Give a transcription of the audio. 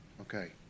Okay